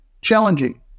challenging